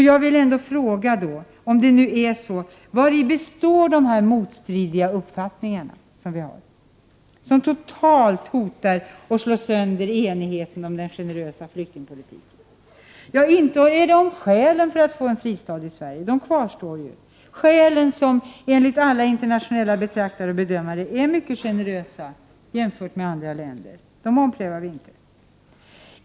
Jag vill då fråga: Vari består de motstridiga uppfattningarna, som hotar att totalt slå sönder enigheten om den generösa flyktingpolitiken? Inte är det om skälen att få en fristad i Sverige som vi är oense — de skälen kvarstår ju. Skälen, som enligt alla internationella betraktare och bedömare är mycket generösa, omprövar vi inte.